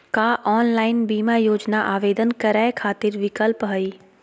का ऑनलाइन बीमा योजना आवेदन करै खातिर विक्लप हई?